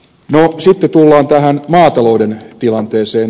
sitten tullaan tähän maatalouden tilanteeseen